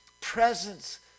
presence